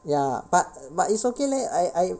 ya but but it's okay leh I I